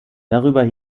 darüber